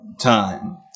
time